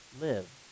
Live